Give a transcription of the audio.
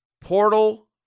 portal